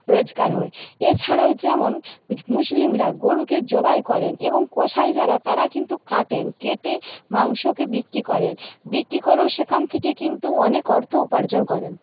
রোজগার হয় এছাড়াও যেমন মুসলিমরা গরুকে জবাই করেন এবং কষাই যারা তারা কিন্তু কাটেন কেটে মাংসকে বিক্রি করেন বিক্রি করেও সেখান থেকে কিন্তু অনেক অর্থ উপার্জন করেন